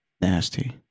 nasty